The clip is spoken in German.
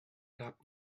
gab